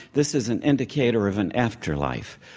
this is an indicator of an afterlife.